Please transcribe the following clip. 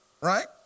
right